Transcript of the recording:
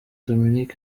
dominic